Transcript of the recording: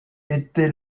était